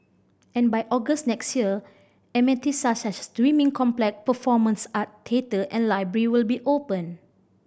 and by August next year amenities such as the swimming complex performance art theatre and library will be open